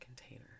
container